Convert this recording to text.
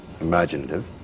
imaginative